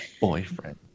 boyfriend